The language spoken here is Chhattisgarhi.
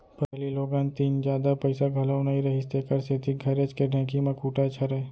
पहिली लोगन तीन जादा पइसा घलौ नइ रहिस तेकर सेती घरेच के ढेंकी म कूटय छरय